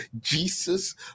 Jesus